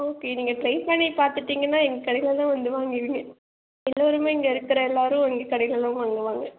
okay நீங்கள் try பண்ணி பார்த்துட்டீங்கனா எங்கள் கடையில்தான் வந்து வாங்குவீங்க எல்லோருமே இங்கே இருக்கிற எல்லோரும் எங்கள் கடையில்தான் வாங்குவாங்க